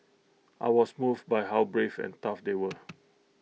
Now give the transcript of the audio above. I was moved by how brave and tough they were